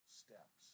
steps